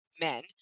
men